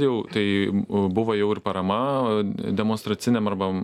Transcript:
jau tai buvo jau ir parama demonstraciniam arba